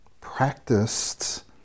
practiced